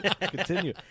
Continue